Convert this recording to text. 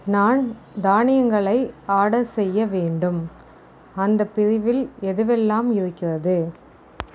நான் தானியங்களை ஆர்டர் செய்ய வேண்டும் அந்தப் பிரிவில் எதுவெல்லாம் இருக்கிறது